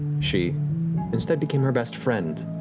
she instead became her best friend,